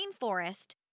rainforest